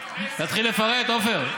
תתחיל לפרט, עפר.